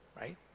right